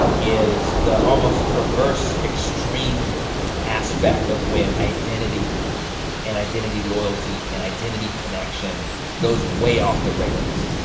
is the almost perverse, extreme aspect of when identity and identity loyalty and identity connection goes way off the rails.